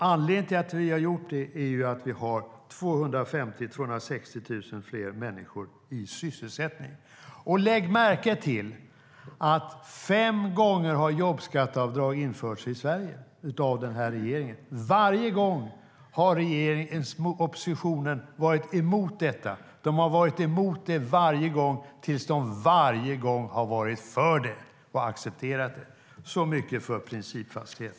Anledningen till att vi har gjort det är att vi har 250 000-260 000 fler människor i sysselsättning. Och lägg märke till att jobbskatteavdrag har införts fem gånger i Sverige av denna regering och att oppositionen varje gång har varit emot detta. De har varit emot det varje gång tills de varje gång har varit för det och accepterat det. Så mycket för principfasthet!